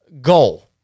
goal